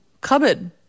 cupboard